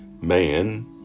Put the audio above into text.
man